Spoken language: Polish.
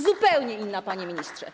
Zupełnie inna, panie ministrze.